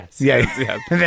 Yes